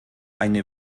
eine